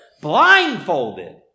blindfolded